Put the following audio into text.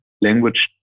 language